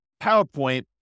PowerPoint